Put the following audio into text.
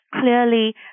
Clearly